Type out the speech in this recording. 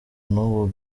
n’ubu